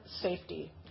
safety